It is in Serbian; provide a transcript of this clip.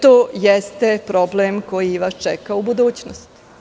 To jeste problem koji vas čeka u budućnosti.